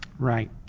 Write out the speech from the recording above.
Right